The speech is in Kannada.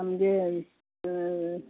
ನಮಗೆ